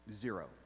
Zero